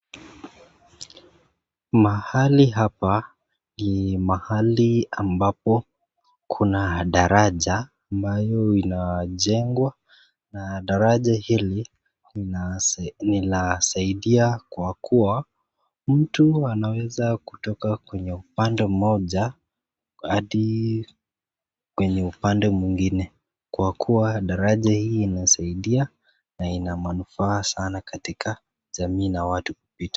Mahali hapa ni mahali ambapo kuna daraja ambayo linachengwa, na daraja hili inasaidia kwa mtu anaweza kutoka kwenye upande moja hadi penye upande mwingine kwa kuwa daraja hii inasaidia na ina manufaa sana katika jamii na watu kupita.